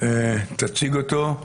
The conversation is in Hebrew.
תציג אותו,